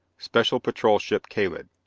special patrol ship kalid.